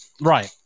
Right